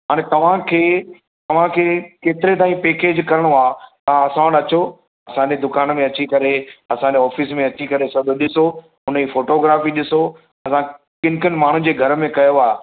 हाणे तव्हांखे तव्हांखे केतिरे ताईं पेकेज करिणो आहे असां वटि अचो असांजी दुकान में अची करे असांजो ऑफिस में अची करे सभु ॾिसो हुन ई फ़ोटोग्राफी ॾिसो असां किनि किनि माण्हुनि जे घर में कयो आहे